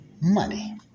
money